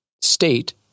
state